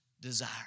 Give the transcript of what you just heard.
desire